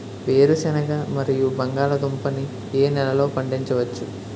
వేరుసెనగ మరియు బంగాళదుంప ని ఏ నెలలో పండించ వచ్చు?